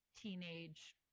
teenage